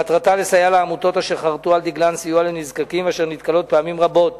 שמטרתה לסייע לעמותות אשר חרתו על דגלן סיוע לנזקקים ונתקלות פעמים רבות